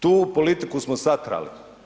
Tu politiku smo satrali.